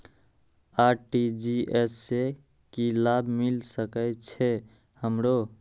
RTGS से की लाभ मिल सके छे हमरो?